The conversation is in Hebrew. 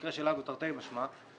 במקרה שלנו תרתי משמע,